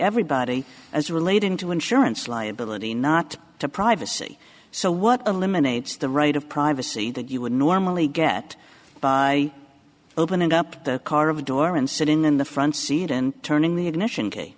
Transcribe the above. everybody as related to insurance liability not to privacy so what eliminates the right of privacy that you would normally get by opening up the car of the door and sitting in the front seat and turning the ignition